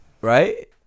Right